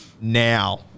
now